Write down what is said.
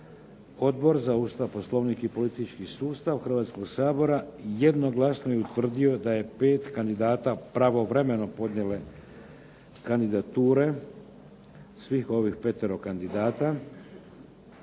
Odbor za Ustav, Poslovnik i politički sustav Hrvatskoga sabora jednoglasno je utvrdio da je pet kandidata pravovremeno podnijelo kandidature, svih ovih petero kandidata.